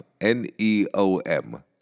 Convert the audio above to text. N-E-O-M